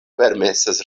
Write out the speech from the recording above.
permesas